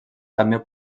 també